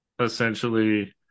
essentially